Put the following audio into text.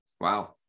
Wow